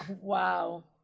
wow